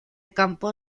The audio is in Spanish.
campo